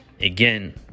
Again